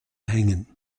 hängen